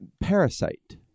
Parasite